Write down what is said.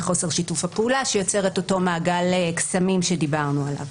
בחוסר שיתוף הפעולה שיוצר את אותו מעגל קסמים שדיברנו עליו